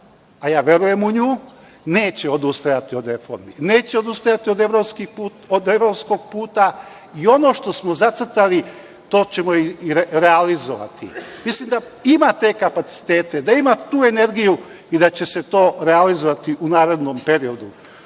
a ja verujem u nju, neće odustajati od reformi. Neće odustajati od evropskog puta i ono što smo zacrtali to ćemo i realizovati. Mislim da ima te kapacitete, da ima tu energiju i da će se to realizovati u narednom periodu.